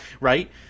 right